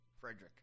Frederick